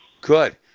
Good